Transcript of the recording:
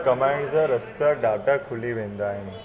कमाइण जा रास्ता ॾाढा खुली वेंदा आहिनि